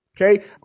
Okay